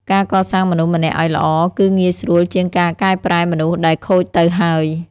ការកសាងមនុស្សម្នាក់ឱ្យល្អ គឺងាយស្រួលជាងការកែប្រែមនុស្សដែលខូចទៅហើយ។